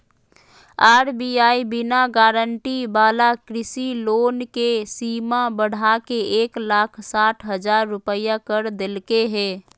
RBI बिना guarantee वाला कृषि लोन के सीमा बढ़ाके एक लाख साठ हजार रुपया कर देलके हें